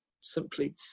simply